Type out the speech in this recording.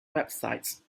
websites